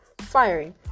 firing